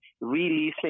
releasing